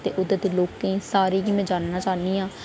ते उद्धर दे लोकें गी सारा गै में जानना चाह्न्नी आं